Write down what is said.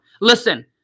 listen